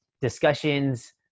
discussions